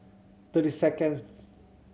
thirty seconds